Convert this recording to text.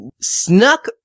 snuck